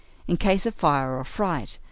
in case of fire or fright,